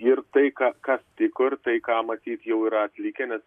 ir tai ką kas tiko ir tai ką matyt jau yra atlikę nes